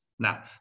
Now